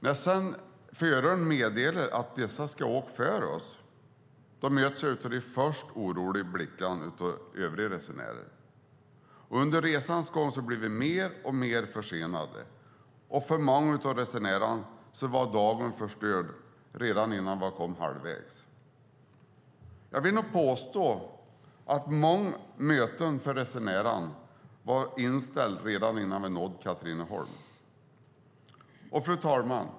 När sedan föraren meddelar att detta tåg ska åka före oss möts jag av de första oroliga blickarna av övriga resenärer. Under resans gång blir vi mer och mer försenade. För många av resenärerna var dagen förstörd redan innan vi hade kommit halvvägs. Jag vill nog påstå att många möten för resenärerna var inställda redan innan vi nådde Katrineholm. Fru talman!